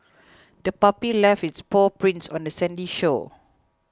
the puppy left its paw prints on the sandy shore